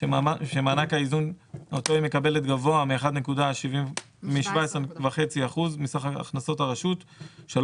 שמענק האיזון אותו היא מקבלת גבוה מ-17.25% מסה"כ הכנסות הרשות 3